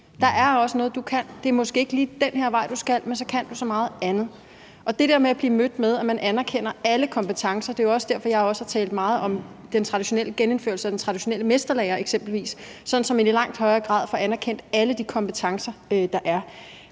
der er også noget, du kan; det er måske ikke lige den her vej, du skal, men så kan du så meget andet. Det er det der med at blive mødt med, at man anerkender alle kompetencer. Det er også derfor, jeg har talt meget om genindførelse af eksempelvis den traditionelle mesterlære, sådan at man i langt højere grad får anerkendt alle de kompetencer, der er.